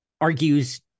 argues